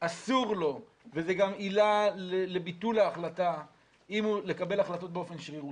אסור לו וזו גם עילה לביטול ההחלטה לקבל החלטות באופן שרירותי.